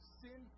sin